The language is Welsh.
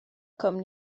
cwm